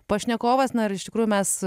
pašnekovas na ir iš tikrųjų mes